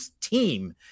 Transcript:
team